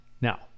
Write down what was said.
Now